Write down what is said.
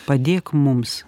padėk mums